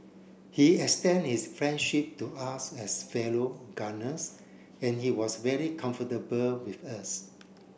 he extend his friendship to us as fellow gunners and he was very comfortable with us